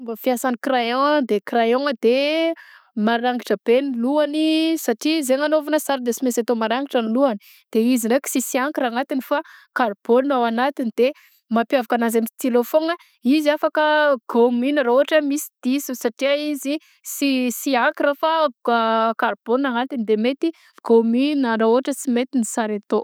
Fomba fiasan'ny crayon a de crayon a de marangitra be ny lohany satria izy agnanaovana sary de tsy maintsy atao maragnitra ny lohany de izy ndraiky sisy ankra agnatiny fa karbôna ny ao agnatiny de mampiavaka ananjy amy stylo foagna a izy afaka gômina raha ohatra hoe misy diso satria izy sy i ankra fa a karbôna ny agnatiny de mety gômina ra ôhatra tsy mety ny sary atao.